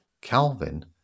Calvin